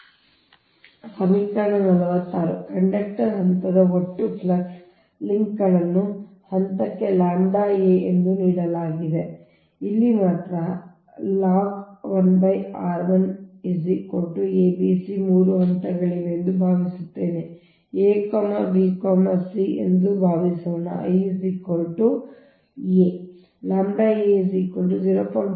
ಆದ್ದರಿಂದ ಈ ಸಮೀಕರಣ 46 ಕಂಡಕ್ಟರ್ ಹಂತದ ಒಟ್ಟು ಫ್ಲಕ್ಸ್ ಲಿಂಕ್ಗಳನ್ನು ಹಂತಕ್ಕೆ ʎ a ನಿಂದ ನೀಡಲಾಗಿದೆ a ಇಲ್ಲಿ ಮಾತ್ರ I I log 1 r I abc 3 ಹಂತಗಳು ಇವೆ ಎಂದು ಭಾವಿಸುತ್ತೇನೆ a b c ಎಂದು ಭಾವಿಸೋಣ I a ಅಂದರೆ i ಸಣ್ಣ i ಇದು ಬಲ a b c 3 ಹಂತಗಳಿವೆ